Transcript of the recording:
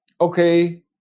okay